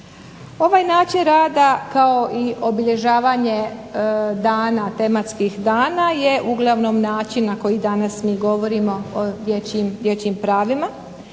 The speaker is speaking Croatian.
Ovaj način rada kao i obilježavanje dana, tematskih dana je uglavnom način na koji danas mi govorimo o dječjim pravima.